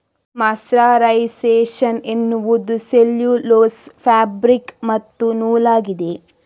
mercerisation ಎನ್ನುವುದು cellulose fabric ಮತ್ತು ನೂಲಾಗಿದೆ